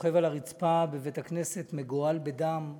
שוכב על הרצפה בבית-הכנסת מגואל בדם,